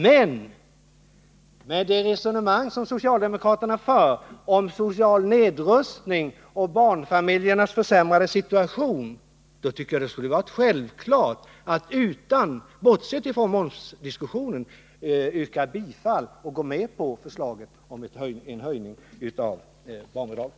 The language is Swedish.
Men med det resonemang som socialdemokraterna för om social nedrustning och barnfamiljernas försämrade situation skulle det ha varit självklart — bortsett från momsdiskussionen — att yrka bifall till och gå med på förslaget om höjning av barnbidraget.